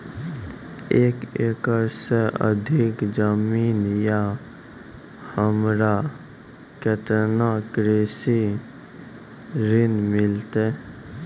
एक एकरऽ से अधिक जमीन या हमरा केतना कृषि ऋण मिलते?